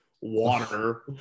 water